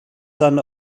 son